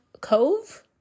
Cove